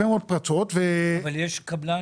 אבל יש קבלן